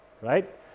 right